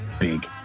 big